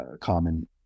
common